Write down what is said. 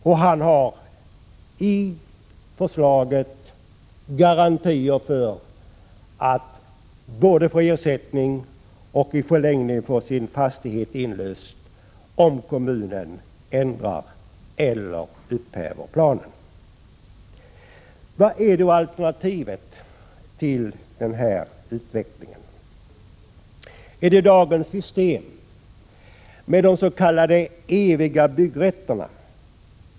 Enligt förslaget får han garantier för att få ersättning och i förlängningen för att få sin fastighet inlöst om kommunen ändrar eller upphäver planen. Vad är då alternativet till en sådan utveckling? Är det dagens system med des.k. eviga byggrätterna?